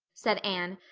said anne,